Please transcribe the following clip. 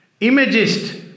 Imagist